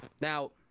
Now